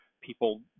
people